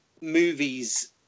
movies